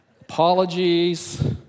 Apologies